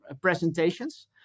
presentations